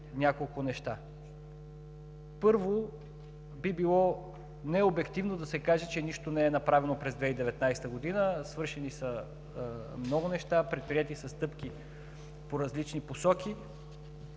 няколко неща. Първо, би било необективно да се каже, че нищо не е направено през 2019 г., свършени са много неща, предприети са стъпки в различни посоки,